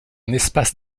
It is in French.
espace